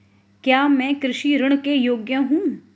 क्या मैं कृषि ऋण के योग्य हूँ?